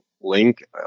link